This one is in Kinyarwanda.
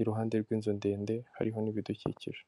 iruhande rw'inzu ndende hariho n'ibidukikije.